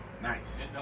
Nice